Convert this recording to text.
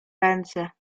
ręce